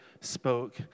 spoke